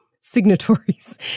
Signatories